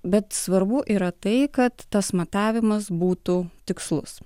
bet svarbu yra tai kad tas matavimas būtų tikslus